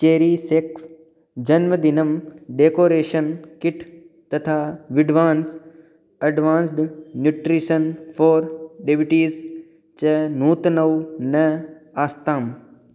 चेरिसेक्स् जन्मदिनम् decoration kit तथा विड्वान्स् अड्वान्स्ड् न्यूट्रिशन् फ़ोर् डेविटीस् च नूतनौ न आस्ताम्